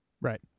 Right